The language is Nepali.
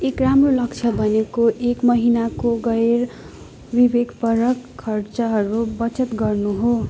एक राम्रो लक्ष्य भनेको एक महिनाको गैरविवेकपरक खर्चहरू बचत गर्नु हो